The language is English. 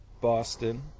Boston